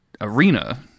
arena